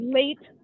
late